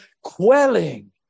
quelling